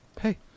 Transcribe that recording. hey